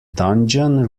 dungeon